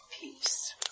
peace